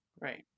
right